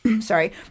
sorry